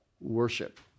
worship